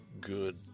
good